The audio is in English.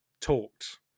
talked